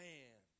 Man